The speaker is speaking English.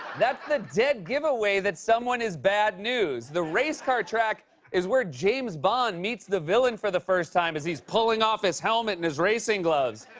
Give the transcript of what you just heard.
that's the dead giveaway that someone is bad news. the racecar track is where james bond meets the villain for the first time as he's pulling off his helmet and his racing gloves.